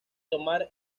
tomar